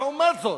לעומת זאת,